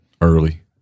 early